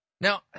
Now